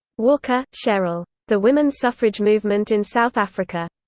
walker, cherryl. the women's suffrage movement in south africa.